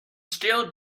still